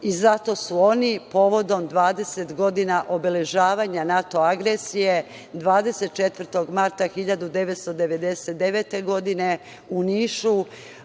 Zato su oni povodom 20. godina obeležavanja NATO agresije 24. marta 1999. godine u Nišu